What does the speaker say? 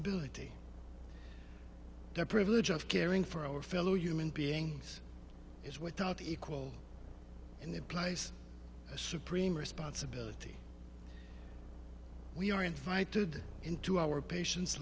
ibility the privilege of caring for our fellow human beings is without equal in their place a supreme responsibility we are invited into our patien